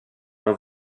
ont